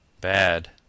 Bad